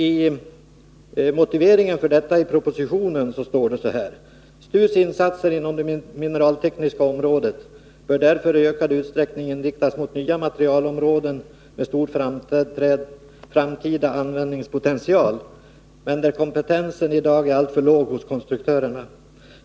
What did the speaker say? I propositionens motivering till detta står följande: ”STU:s insatser inom det materialtekniska området bör därför i ökad utsträckning inriktas mot nya materialområden med stor framtida användningspotential men där kompentensen i dag är alltför låg hos konstruktörerna.